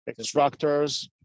extractors